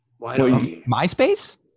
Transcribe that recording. MySpace